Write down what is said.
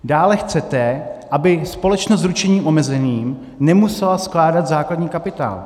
Dále chcete, aby společnost s ručením omezeným nemusela skládat základní kapitál.